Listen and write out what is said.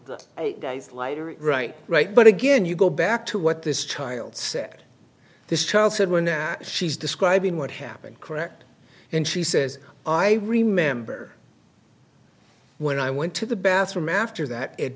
till eight days lighter right right but again you go back to what this child said this child said when she's describing what happened correct and she says i remember when i went to the bathroom after that it